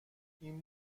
این